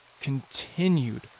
continued